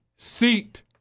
Seat